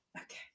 Okay